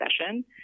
session